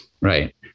Right